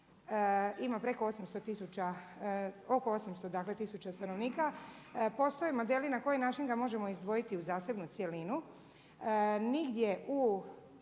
800 dakle tisuća stanovnika, postoje modeli na koji način ga možemo izdvojiti u zasebnu cjelinu.